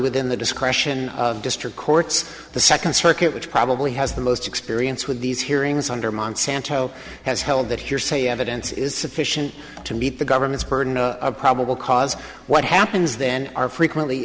within the discretion of district courts the second circuit which probably has the most experience with these hearings under monsanto has held that hearsay evidence is sufficient to meet the government's burden a probable cause what happens then are frequently